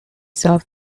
solve